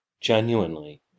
genuinely